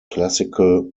classical